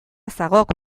zagok